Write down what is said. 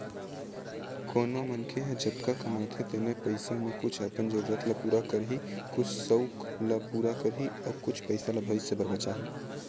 कोनो मनखे ह जतका कमाथे तेने पइसा म कुछ अपन जरूरत ल पूरा करही, कुछ सउक ल पूरा करही अउ कुछ पइसा ल भविस्य बर बचाही